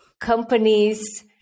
companies